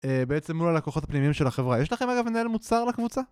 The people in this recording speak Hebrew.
בעצם מול הלקוחות הפנימיים של החברה. יש לכם אגב מנהל מוצר לקבוצה?